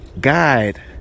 guide